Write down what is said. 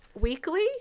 weekly